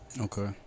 Okay